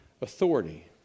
authority